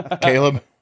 Caleb